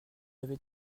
avez